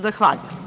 Zahvaljujem.